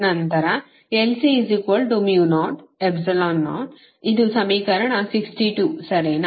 ನಂತರ ಇದು ಸಮೀಕರಣ 62 ಸರಿನಾ